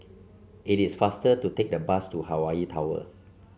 it is faster to take the bus to Hawaii Tower